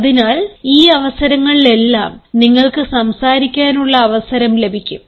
അതിനാൽ ഈ അവസരങ്ങളിലെല്ലാം നിങ്ങൾക്ക് സംസാരിക്കാനുള്ള അവസരം ലഭിക്കും